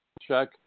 check